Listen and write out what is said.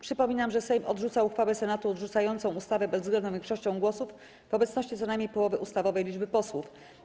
Przypominam, że Sejm odrzuca uchwałę Senatu odrzucającą ustawę bezwzględną większością głosów w obecności co najmniej połowy ustawowej liczby posłów.